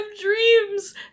dreams